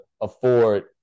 afford